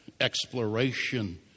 exploration